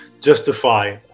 justify